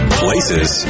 places